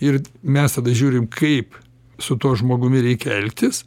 ir mes tada žiūrim kaip su tuo žmogumi reikia elgtis